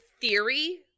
theory